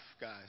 guys